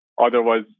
Otherwise